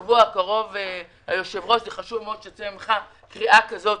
חשוב מאוד שתצא ממך, אדוני היושב-ראש, קריאה כזו,